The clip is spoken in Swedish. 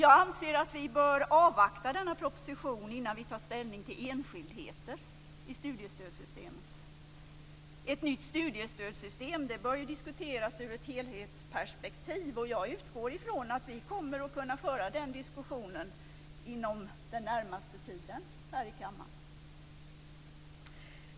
Jag anser att vi bör avvakta denna proposition innan vi tar ställning till enskildheter i studiestödssystemet. Ett nytt studiestödssystem bör diskuteras ur ett helhetsperspektiv, och jag utgår från att vi kommer att kunna föra den diskussionen inom den närmaste tiden här i kammaren.